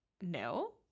no